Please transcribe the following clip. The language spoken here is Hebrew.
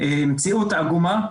מציאות עגומה.